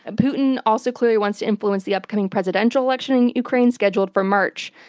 ah putin also clearly wants to influence the upcoming presidential election in ukraine, scheduled for march.